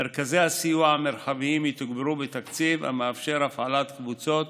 מרכזי הסיוע המרחביים יתוגברו בתקציב שיאפשר הפעלת קבוצות